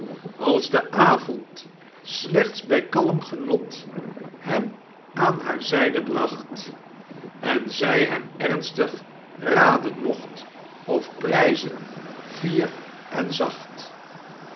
als de avond slechts bij kalm genot hem aan haar zyde bracht en zy hem ernstig raden mocht of pryzen fier en zacht